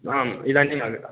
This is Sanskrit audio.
आम् इदानीम् आगता